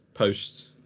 Post